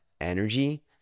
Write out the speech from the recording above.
energy